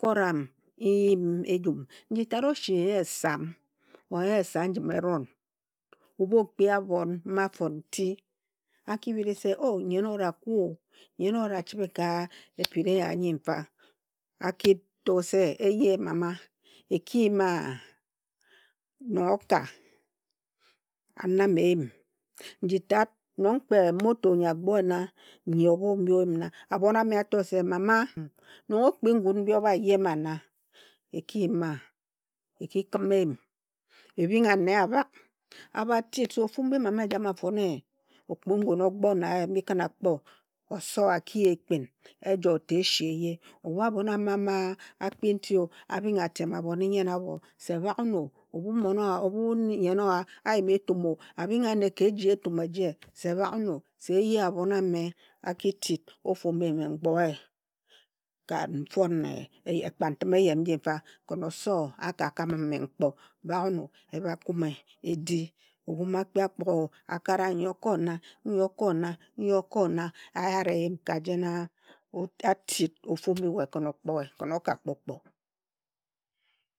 Ekoram nyum ejum. Nji tat ori nya esam or nya esam njim eron, ebhu o kpi abhon mma a fon nti, a ki bhiri se o! Nyen o wure a kuo, nyen owure achibhe ka epiri nya nyi fa, a kito se eye mama, eki yim a nong oka. A nam eyim, nji tat, nong kpe moto nyi agbo nna, nyi obho mbi oyim na, abhon a me a to se mama, nong okpi ngun mbi obha yema ma, eki yima, eki khim eyim, e bhing ane abhak, abha tit se ofu mbi mama ejame a fone, okpi ngun ogbo na ye mbi khin a kpo, osowo a ki ye ekpin ejoe ta eshi eye. Ebhu abhon ama mma akpi nti o, abhing atem abhon nyen abho, se bhak wun o, ebhu nong a, ebhu nyen owa a yima etum o, abhing ane ka eji etum eje se bhag wuno, se eye abhon a me akitit ofu mbi me ngboe ka nfone ekpa ntim eyam nji fa, khin osowo a ka kam m me nkpo, bhag wun o ebha kume edi. Ebhu mma akpi a kpu a kara, nyi oko na, nyi oko na nyi oko na ayara eyim ka jena atit ofu mbi we khin okpoe khin akakpo o kpo.